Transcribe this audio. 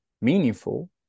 meaningful